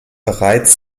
bereits